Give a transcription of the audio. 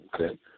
Okay